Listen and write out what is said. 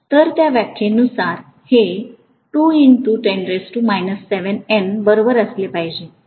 तर त्या व्याख्येनुसार हे बरोबर असले पाहिजे